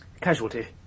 Casualty